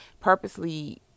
purposely